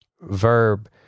verb